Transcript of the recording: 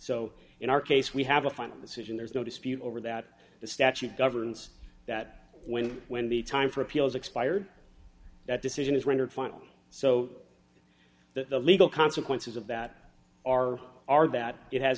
so in our case we have a final decision there's no dispute over that the statute governs that when when the time for appeals expired that decision is rendered final so that the legal consequences of that are are that it has